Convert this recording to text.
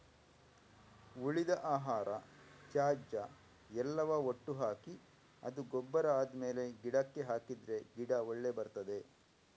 ಉಳಿದ ಆಹಾರ, ತ್ಯಾಜ್ಯ ಎಲ್ಲವ ಒಟ್ಟು ಹಾಕಿ ಅದು ಗೊಬ್ಬರ ಆದ್ಮೇಲೆ ಗಿಡಕ್ಕೆ ಹಾಕಿದ್ರೆ ಗಿಡ ಒಳ್ಳೆ ಬರ್ತದೆ